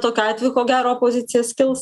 tokiu atveju ko gero opozicija skils